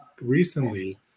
recently